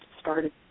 started